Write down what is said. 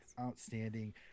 outstanding